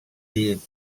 lip